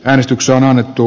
äänestykseen annettu